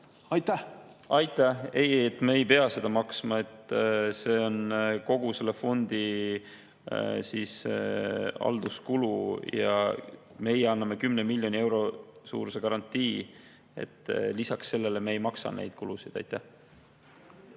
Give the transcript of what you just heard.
või? Aitäh! Ei, me ei pea seda maksma. See on kogu selle fondi halduskulu ja meie anname 10 miljoni euro suuruse garantii. Lisaks sellele ei maksa me neid kulusid. Aitäh!